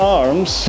arms